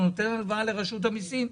נותן הלוואה לרשות המיסים,